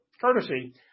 courtesy